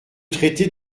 traiter